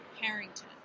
Harrington